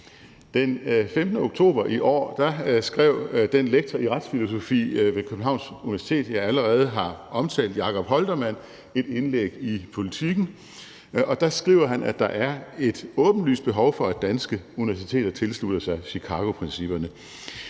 Den 15. oktober i år skrev den lektor i retsfilosofi ved Københavns Universitet, som jeg allerede har omtalt, Jakob v. H. Holtermann, et indlæg i Politiken, og der skriver han, at der er et åbenlyst behov for, at danske universiteter tilslutter sig Chicagoprincipperne.